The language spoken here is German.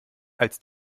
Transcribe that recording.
als